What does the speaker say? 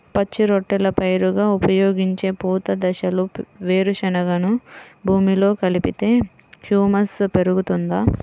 పచ్చి రొట్టెల పైరుగా ఉపయోగించే పూత దశలో వేరుశెనగను భూమిలో కలిపితే హ్యూమస్ పెరుగుతుందా?